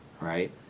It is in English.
Right